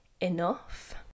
enough